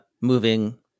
moving